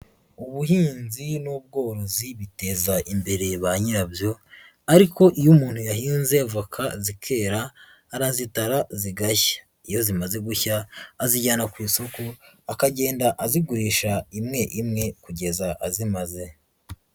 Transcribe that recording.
Ubuhinzi n'ubworozi biteza imbere ba nyirabyo, ariko iyo umuntu yahinze avoka zikera arazitara zigashya. Iyo zimaze gushya azijyana ku isoko akagenda azigurisha imwe imwe kugeza azimaze.